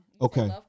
okay